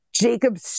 Jacob